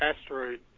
asteroid